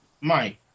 Mike